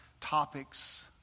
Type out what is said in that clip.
topics